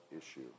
issue